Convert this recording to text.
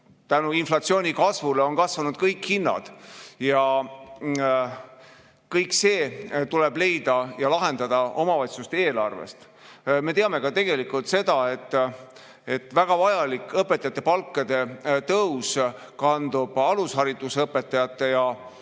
et inflatsiooni kasvu tõttu on kasvanud kõik hinnad ja kõik see tuleb leida ja lahendada omavalitsuste eelarvest. Me teame tegelikult ka seda, et väga vajalik õpetajate palkade tõus kandub alushariduse õpetajate ja